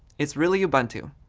it's really ubuntu.